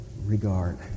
regard